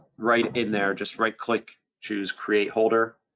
right in there, just right click, choose create holder,